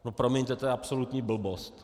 No promiňte, to je absolutní blbost.